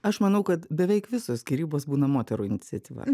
aš manau kad beveik visos skyrybos būna moterų iniciatyva